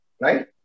Right